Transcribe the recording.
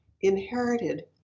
inherited